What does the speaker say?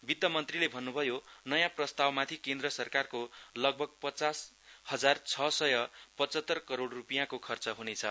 वित्त मन्त्रीले भन्नुभयोनयाँ प्रस्तावमाथि केन्द्र सरकारको लगभग पाँच हजार छ सय पचतर करोड रुपियाँको खर्च हुनेछ